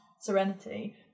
serenity